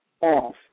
off